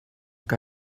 que